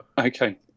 Okay